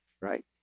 Right